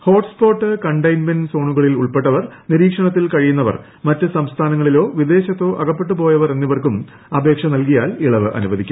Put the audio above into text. hotspot containment സോണുകളിൽ നിരീക്ഷണത്തിൽ കഴിയുന്നവർ ഉൾപ്പെട്ടവർ സംസ്ഥാനങ്ങളിലോ വിദേശത്തോ അകപ്പെട്ടു പോയവർ എന്നിവർക്കും അപേക്ഷ നൽകിയാൽ ഇളവ് അനുവദിക്കും